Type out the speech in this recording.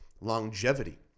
longevity